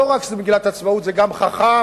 לא רק שזו מגילת העצמאות, זה גם חכם.